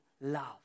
love